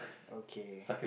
okay